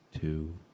two